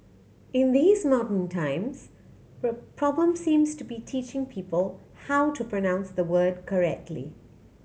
in these modern times the problem seems to be teaching people how to pronounce the word correctly